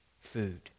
food